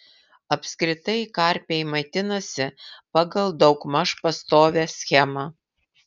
apskritai karpiai maitinasi pagal daugmaž pastovią schemą